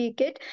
kit